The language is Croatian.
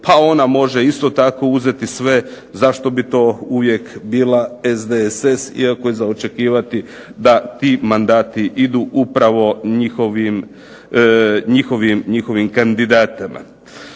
pa ona može isto tako uzeti sve, zašto bi to uvijek bila SDSS iako je za očekivati da ti mandati idu upravo njihovim kandidatima.